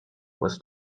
was